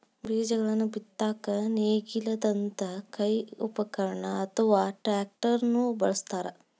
ಬೇಜಗಳನ್ನ ಬಿತ್ತಾಕ ನೇಗಿಲದಂತ ಕೈ ಉಪಕರಣ ಅತ್ವಾ ಟ್ರ್ಯಾಕ್ಟರ್ ನು ಬಳಸ್ತಾರ